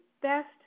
best